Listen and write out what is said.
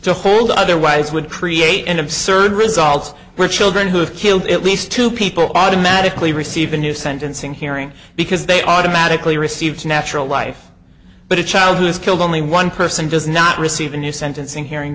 to hold otherwise would create an absurd results were children who have killed at least two people automatically receive a new sentencing hearing because they automatically received natural life but a child who is killed only one person does not receive a new sentencing hearing